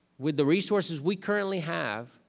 with the resources we currently have